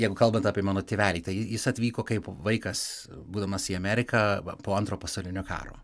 jeigu kalbant apie mano tėvelį tai jis atvyko kaip vaikas būdamas į ameriką va po antro pasaulinio karo